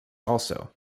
also